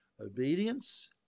Obedience